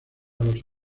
los